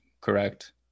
correct